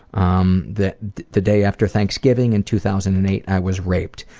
um the the day after thanksgiving in two thousand and eight, i was raped.